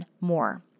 more